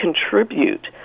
contribute